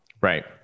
Right